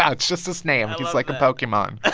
ah it's just his name. he's like a pokemon.